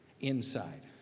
inside